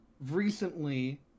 recently